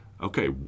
okay